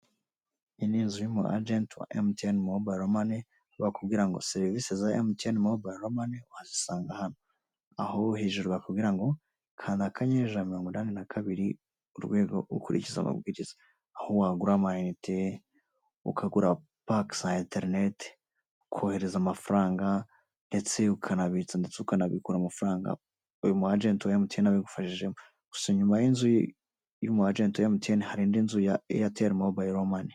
Iyi ni inzu y'umwajenti wa Emutiyeni mobayiro mani, aho bakubwira ngo serivisi za Emutiyeni mobayiro mani wazisanga hano. Aho hejuru bakubwira ngo, kanda akanyenyeri ijana na mirongo inani na kabiri, urwego, ukurikize amabwiriza. Aho wagura amayinite, ukagura pake za interineti, ukohereza amafaranga ndetse ukanabitsa ndetse ukanabikura amafaranga, uyu mwajenti wa Emutiyeni abigufashijemo. Gusa inyuma y'inzu y'umwajenti wa Emutiyeni hari indi nzu ya Eyateri mobayiro mani.